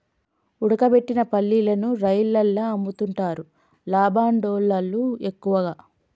ఉడకబెట్టిన పల్లీలను రైలల్ల అమ్ముతుంటరు లంబాడోళ్ళళ్లు ఎక్కువగా